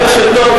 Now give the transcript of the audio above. בוודאי.